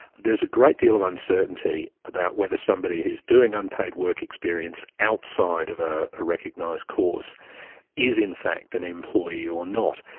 there's a great deal of uncertainty about whether somebody who is doing unpaid work experience outside of ah a recognised course is in fact an employee or not.